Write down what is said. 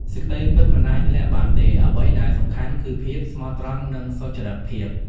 សេចក្ដីពិតមិនអាចលាក់បានទេ អ្វីដែលសំខាន់គឺភាពស្មោះត្រង់និងសុចរិតភាព។